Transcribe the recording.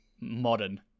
modern